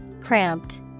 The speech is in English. cramped